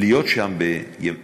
להיות שם בשישי-שבת,